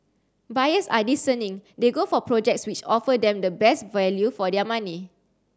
buyers are discerning they go for projects which offer them the best value for their money